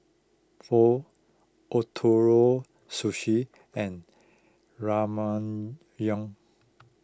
Pho Ootoro Sushi and Ramyeon